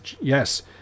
Yes